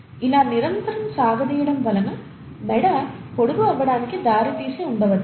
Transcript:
ఇలా నిరంతరం సాగదీయడం వలన మెడ పొడుగు అవ్వడానికి దారితీసి ఉండవచ్చు